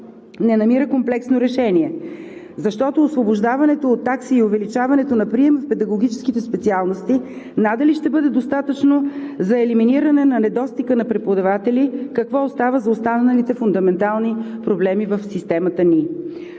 не намира комплексно решение, защото освобождаването от такси и увеличаването на прием в педагогическите специалности надали ще бъде достатъчно за елиминиране на недостига на преподаватели, какво остава за останалите фундаментални проблеми в системата ни.